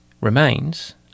remains